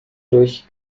durch